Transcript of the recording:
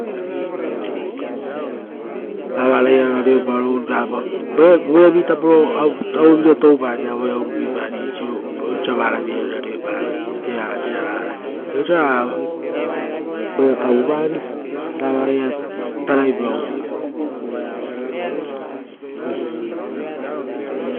Voeavi tapo avevira toupari ra voea urupie pari osia varavi-ia ora reopave, evara siarara. Viapauso ra voea kavupari, ra varaia taraipau.